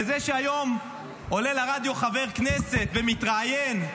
וזה שהיום עולה לרדיו חבר כנסת ומתראיין,